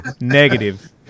negative